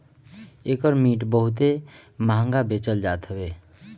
एकर मिट बहुते महंग बेचल जात हवे